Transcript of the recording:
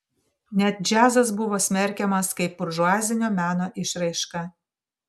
net džiazas buvo smerkiamas kaip buržuazinio meno išraiška